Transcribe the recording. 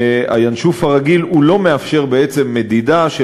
ה"ינשוף" הרגיל לא מאפשר בעצם מדידה של